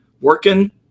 working